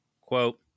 Quote